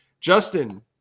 Justin